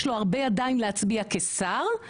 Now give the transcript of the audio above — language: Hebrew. ויש לו הרבה ידיים להצביע כשר,